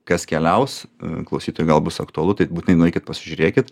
kas keliaus klausytojam gal bus aktualu tai būtinai nueikit pasižiūrėkit